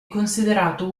considerato